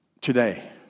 today